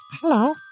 hello